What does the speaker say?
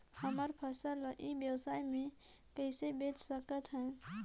हमर फसल ल ई व्यवसाय मे कइसे बेच सकत हन?